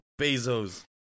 Bezos